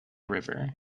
river